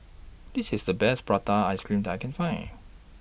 This IS The Best Prata Ice Cream that I Can Find